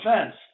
offense